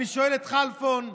אני שואל את חלפון,